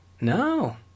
No